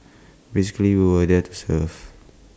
basically we were there to serve